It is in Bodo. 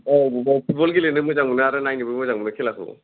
औ नंगौ फुटबल गेलेनो मोजां मोनो आरो नायनोबो मोजां मोनो खेलाखौ